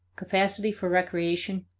capacity for recreation,